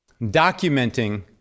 documenting